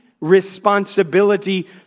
responsibility